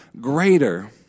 greater